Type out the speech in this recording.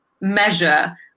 measure